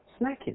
snacking